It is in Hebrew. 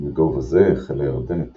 ומגובה זה החל הירדן את